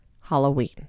Halloween